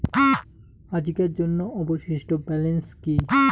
আজিকার জন্য অবশিষ্ট ব্যালেন্স কি?